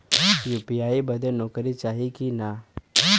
UPI बदे नौकरी चाही की ना?